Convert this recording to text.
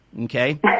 Okay